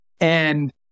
And-